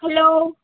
hello